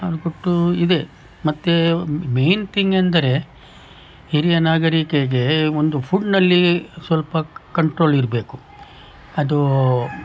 ಅದು ಕೊಟ್ಟು ಇದೆ ಮತ್ತೆ ಮೇನ್ ಥಿಂಗ್ ಎಂದರೆ ಹಿರಿಯ ನಾಗರಿಕರಿಗೆ ಒಂದು ಫುಡ್ನಲ್ಲಿ ಸ್ವಲ್ಪ ಕಂಟ್ರೋಲ್ ಇರಬೇಕು ಅದು